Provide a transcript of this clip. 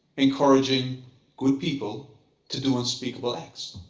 encouraging good people to do unspeakable acts.